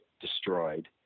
destroyed